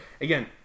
Again